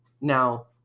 Now